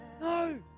No